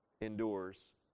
endures